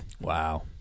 Wow